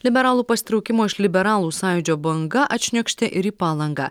liberalų pasitraukimo iš liberalų sąjūdžio banga atšniokštė ir į palangą